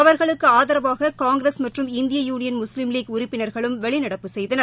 அவர்களுக்கு ஆதரவாக காங்கிரஸ் மற்றும் இந்திய யுளியள் முஸ்லீம் லீக் உறுப்பினா்களும் வெளிநடப்பு செய்தனர்